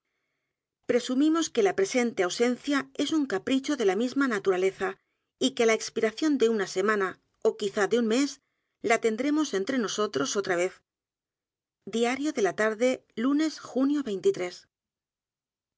presumimos que la presente ausencia es un capricho de la misma naturaleza y que á la expiración de una s e m a n a ó quizá de un mes la tendremos entre nosotros o t r a vez